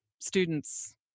students